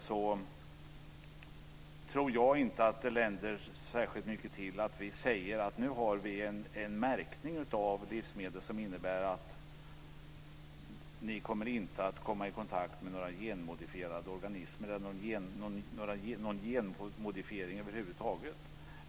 Jag tror inte att det länder särskilt mycket till att vi säger att vi nu har en märkning av livsmedel som innebär att människor inte kommer att komma i kontakt med några genmodifierade organismer eller någon genmodifiering över huvud taget.